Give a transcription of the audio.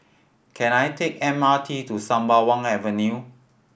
can I take the M R T to Sembawang Avenue